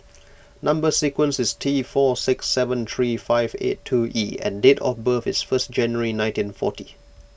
Number Sequence is T four six seven three five eight two E and date of birth is first January nineteen forty